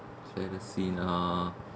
saddest scene ah